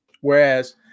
Whereas